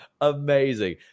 Amazing